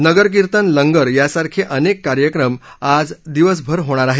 नगर कीर्तनं लंगर यासारखे अनेक कार्यक्रम आज दिवसभर होणार आहेत